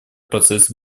процесса